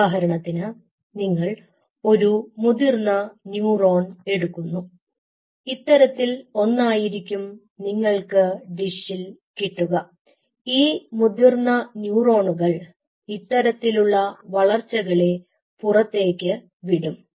ഉദാഹരണത്തിന് നിങ്ങൾ ഒരു മുതിർന്ന ന്യൂറോൺ എടുക്കുന്നു ഇത്തരത്തിൽ ഒന്നായിരിക്കും നിങ്ങൾക്ക് ഡിഷിൽ കിട്ടുക ഈ മുതിർന്ന ന്യൂറോണുകൾ ഇത്തരത്തിലുള്ള വളർച്ച കളെ പുറത്തേക്ക് വിടും